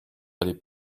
aller